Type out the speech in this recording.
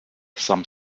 some